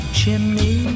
chimney